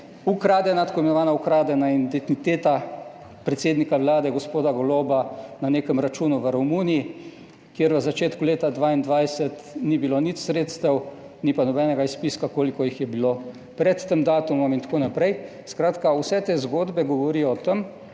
ukradena, tako imenovana ukradena identiteta predsednika Vlade, gospoda Goloba na nekem računu v Romuniji, kjer v začetku leta 2022 ni bilo nič sredstev, ni pa nobenega izpiska koliko jih je bilo pred tem datumom in tako naprej. Skratka, vse te zgodbe govorijo o tem,